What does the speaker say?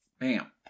bam